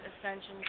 Ascension